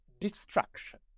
destruction